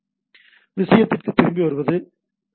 எனவே விஷயத்திற்குத் திரும்பி வருவது ஹெச்